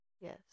Yes